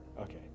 Okay